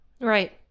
Right